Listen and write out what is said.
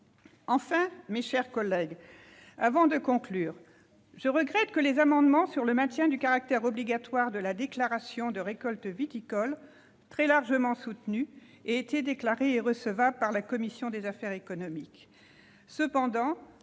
Enfin, mes chers collègues, je regrette que les amendements sur le maintien du caractère obligatoire de la déclaration de récolte viticole, très largement soutenus, aient été déclarés irrecevables par la commission des affaires économiques.